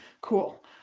cool